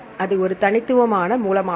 அது ஒரு தனித்துவமான மூலமாகும்